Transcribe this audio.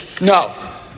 No